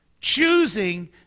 Choosing